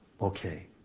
okay